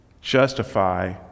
justify